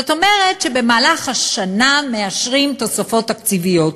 זאת אומרת, במהלך השנה מאשרים תוספות תקציביות.